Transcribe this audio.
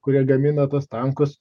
kurie gamina tuos tankus